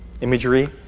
imagery